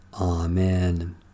Amen